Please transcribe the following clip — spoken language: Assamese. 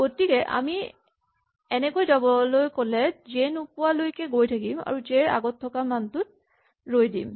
গতিকে আমি এনেকৈ যাবলৈ হ'লে জে নোপোৱালৈকে গৈ থাকিম আৰু জে ৰ আগত থকা মানটোত ৰৈ দিম